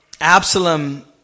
Absalom